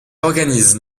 organise